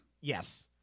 Yes